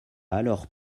alors